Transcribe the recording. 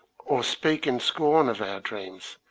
or speak in scorn of our dreams.